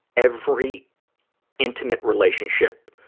every intimate relationship,